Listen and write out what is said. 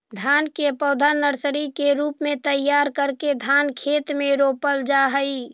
धान के पौधा नर्सरी के रूप में तैयार करके धान के खेत में रोपल जा हइ